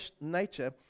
nature